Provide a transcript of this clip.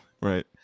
Right